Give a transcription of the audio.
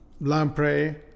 lamprey